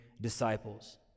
disciples